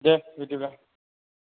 दे बिदिब्ला